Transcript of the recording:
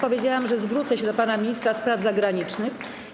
Powiedziałam, że zwrócę się do pana ministra spraw zagranicznych.